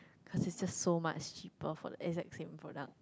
cause is just so much cheaper for the exact same product